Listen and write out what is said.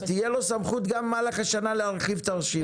אז תהיה לו סמכות גם במהלך השנה להרחיב את הרשימה.